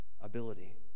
ability